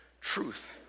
truth